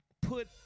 put